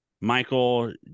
Michael